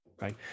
right